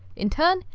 in turn,